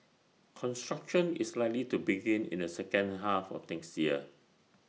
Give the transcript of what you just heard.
construction is likely to begin in the second half of next year